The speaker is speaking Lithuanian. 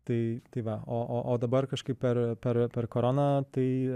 tai tai va o o o dabar kažkaip per per per koroną tai